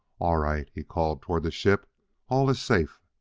all right, he called toward the ship all iss safe.